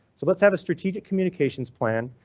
so let's have a strategic communications plan.